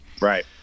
Right